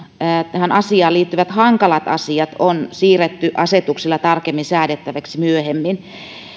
tähän asiaan liittyvät hankalat asiat on siirretty myöhemmin asetuksella tarkemmin säädettäväksi